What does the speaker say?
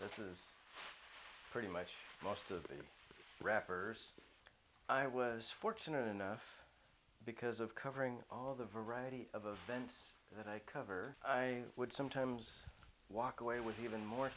which is pretty much most of the wrappers i was fortunate enough because of covering all the variety of a vent that i cover i would sometimes walk away with even more